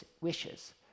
wishes